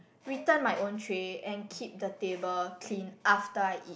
return my own tray and keep the table clean after I eat